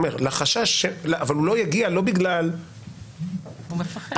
הוא מפחד.